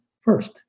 first